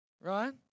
right